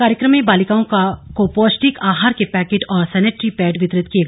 कार्यक्रम में बालिकाओं को पौष्टिक आहार के पैकेट और सैनेटरी पैड वितरित किये